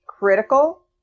Critical